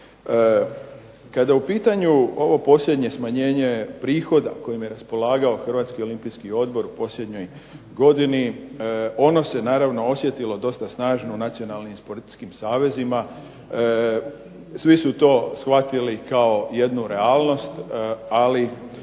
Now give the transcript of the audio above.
Kada je u pitanju ovo posljednje smanjenje prihoda kojima je raspolagao Hrvatski olimpijski odbor u posljednjoj godini ono se naravno osjetilo dosta snažno u nacionalnim sportskim savezima. Svi su to shvatili kao jednu realnost, ali